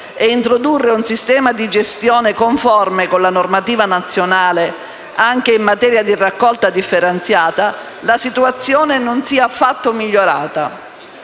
e introdurre un sistema di gestione conforme con la normativa nazionale anche in materia di raccolta differenziata, la situazione non sia affatto migliorata.